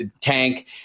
tank